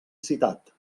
citat